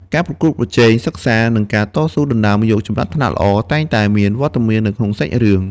ការប្រកួតប្រជែងសិក្សា និងការតស៊ូដណ្តើមយកចំណាត់ថ្នាក់ល្អតែងតែមានវត្តមាននៅក្នុងសាច់រឿង។